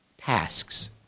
tasks